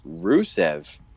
Rusev –